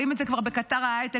רואים את זה כבר בקטר ההייטק,